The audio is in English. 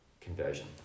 conversion